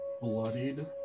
bloodied